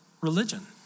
religion